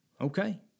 okay